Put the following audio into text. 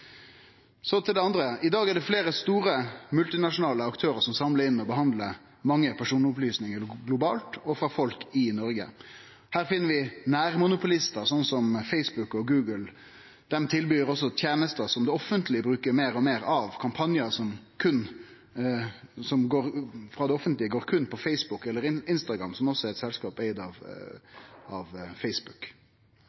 Så til det andre: I dag er det fleire store multinasjonale aktørar som samlar inn og behandlar mange personopplysningar globalt og frå folk i Noreg. Her finn vi nærmonopolistar som Facebook og Google. Dei tilbyr også tenester som det offentlege bruker meir og meir av – kampanjar frå det offentlege som berre er på Facebook eller Instagram, som også er eit selskap eigd av